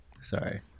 Sorry